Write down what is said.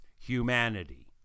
humanity